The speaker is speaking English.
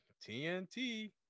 TNT